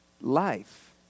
life